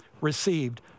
received